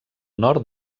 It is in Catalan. nord